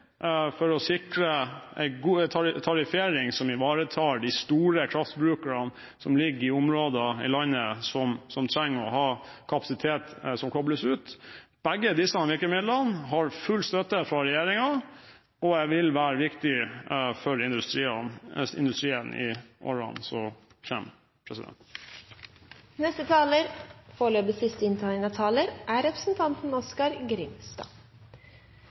for å sikre en tariffering som ivaretar de store kraftbrukerne, som ligger i områder av landet som trenger å ha kapasitet som kobles ut. Begge disse virkemidlene har full støtte fra regjeringen og vil være viktige for industrien i årene som kommer. Eg hadde for så